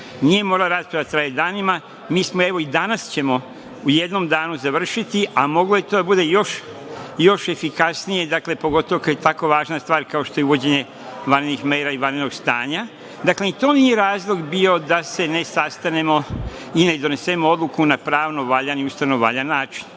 Nije morala rasprava da traje danima, evo i danas ćemo u jednom danu završiti, a moglo je to da bude još efikasnije, dakle, pogotovo kad je tako važna stvar, kao što je uvođenje vanrednih mera i vanrednog stanja. Dakle, ni to nije razlog bio da se ne sastanemo i ne donesemo odluku na pravno valjan, ustavan način.S